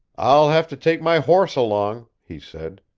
i'll have to take my horse along, he said.